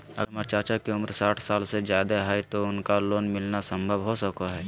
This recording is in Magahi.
अगर हमर चाचा के उम्र साठ साल से जादे हइ तो उनका लोन मिलना संभव हो सको हइ?